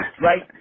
right